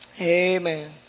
amen